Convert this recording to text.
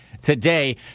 Today